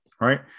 right